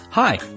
Hi